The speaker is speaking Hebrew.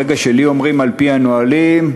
ברגע שלי אומרים "על-פי הנהלים",